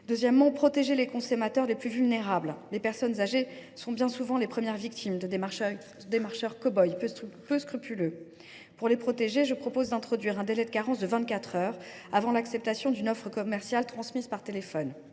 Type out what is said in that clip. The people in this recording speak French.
Deuxièmement, il faut protéger les consommateurs les plus vulnérables. Les personnes âgées sont bien souvent les premières victimes de démarcheurs « cow boys » peu scrupuleux. Pour les protéger, je propose d’introduire un délai de carence de vingt quatre heures avant l’acceptation d’une offre commerciale transmise par téléphone.